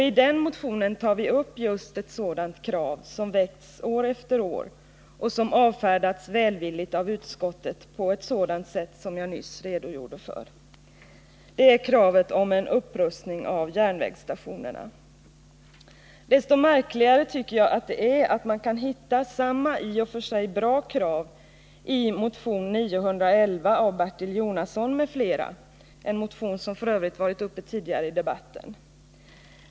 I den motionen tar vi upp just ett sådant krav som väckts år efter år och som avfärdats välvilligt av utskottet på ett sådant sätt som jag nyss redogjorde för. Det är kravet på en upprustning av järnvägsstationerna. Desto märkligare tycker jag att det är att man kan hitta sammaii och för sig bra krav i motion 911 av Bertil Jonasson m.fl., en motion som f. ö. varit uppe tidigare i debatten.